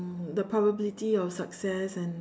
the probability of success and